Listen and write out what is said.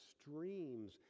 streams